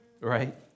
right